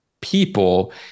people